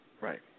Right